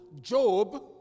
Job